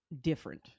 different